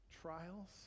trials